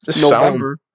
November